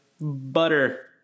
butter